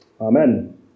Amen